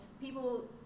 people